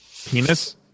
penis